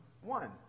one